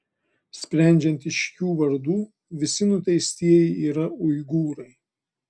sprendžiant iš jų vardų visi nuteistieji yra uigūrai